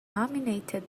nominate